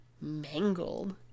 Mangled